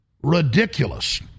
ridiculous